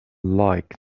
like